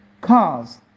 Cars